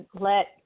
let